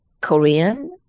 Korean